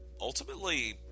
Ultimately